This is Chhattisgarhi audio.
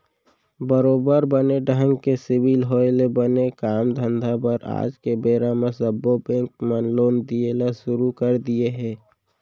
बरोबर बने ढंग के सिविल होय ले बने काम धंधा बर आज के बेरा म सब्बो बेंक मन लोन दिये ल सुरू कर दिये हें